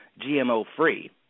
GMO-free